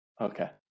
Okay